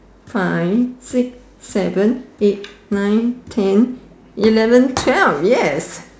five six seven eight nine ten eleven twelve yes